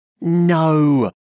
No